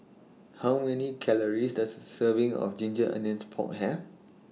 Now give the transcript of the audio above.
How Many Calories Does A Serving of Ginger Onions Pork Have